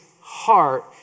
heart